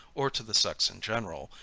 or to the sex in general,